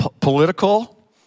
political